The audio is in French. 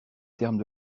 termes